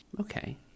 Okay